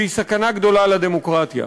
והיא סכנה גדולה לדמוקרטיה.